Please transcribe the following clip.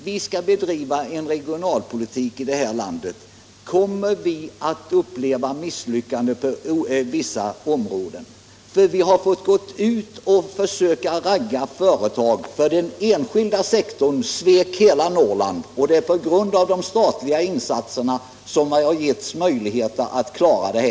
Herr talman! Om vi skall bedriva en regionalpolitik i det här landet, då måste vi räkna med att uppleva misslyckanden inom vissa områden. Vi har ju fått gå ut och försöka ragga företag, eftersom den enskilda sektorn svek hela Norrland, och det är på grund av de statliga insatserna vi har fått möjligheter att klara det.